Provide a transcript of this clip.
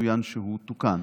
צוין שהוא תוקן.